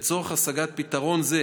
לצורך השגת פתרון זה,